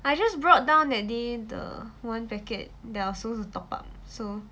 I just brought down that day the one packet that I was supposed to top up so